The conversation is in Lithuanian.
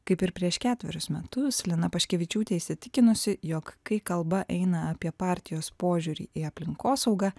kaip ir prieš ketverius metus lina paškevičiūtė įsitikinusi jog kai kalba eina apie partijos požiūrį į aplinkosaugą